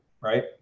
right